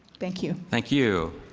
thank you. thank you.